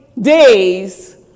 days